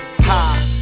Ha